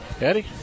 Eddie